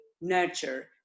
nurture